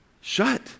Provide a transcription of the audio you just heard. Shut